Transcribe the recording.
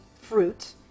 fruit